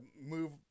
move